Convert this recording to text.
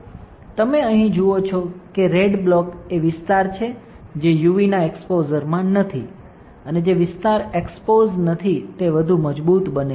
તમે અહીં જુઓ છો કે રેડ બ્લોક એ વિસ્તાર છે જે યુવીના એક્સ્પોઝરમાં નથી અને જે વિસ્તાર એક્સપોઝ નથી તે વધુ મજબૂત બને છે